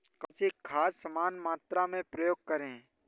कौन सी खाद समान मात्रा में प्रयोग करें?